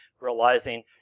realizing